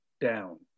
down